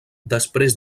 després